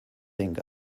think